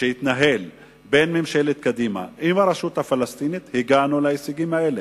שהתנהל בין ממשלת קדימה והרשות הפלסטינית הגענו להישגים האלה.